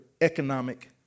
economic